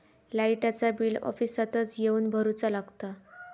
लाईटाचा बिल ऑफिसातच येवन भरुचा लागता?